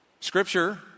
Scripture